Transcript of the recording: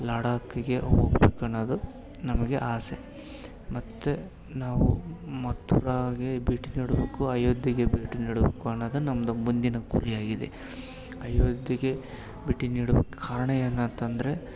ಲಡಾಖಿಗೆ ಹೋಗ್ಬೇಕು ಅನ್ನೋದು ನಮಗೆ ಆಸೆ ಮತ್ತು ನಾವು ಮಥುರಾಗೆ ಭೇಟಿ ನೀಡಬೇಕು ಅಯೋಧ್ಯೆಗೆ ಭೇಟಿ ನೀಡಬೇಕು ಅನ್ನೋದು ನಮ್ಮದು ಮುಂದಿನ ಗುರಿಯಾಗಿದೆ ಅಯೋಧ್ಯೆಗೆ ಭೇಟಿ ನೀಡುವ ಕಾರಣ ಏನಂತಂದರೆ